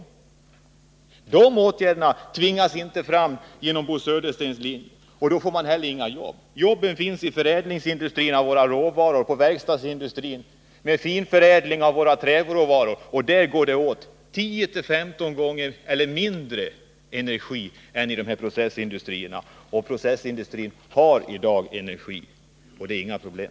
Sådana åtgärder tvingas inte fram genom Bo Söderstens linje, och då får man heller inte några jobb. Jobben finns inom förädlingsindustrin och inom verkstadsindustrin. De finns t.ex. inom industrierna för finförädling av våra träråvaror. Där går det åt 10-15 gånger mindre energi än i processindustrierna. Och processindustrierna har energi i dag, så det är inga problem.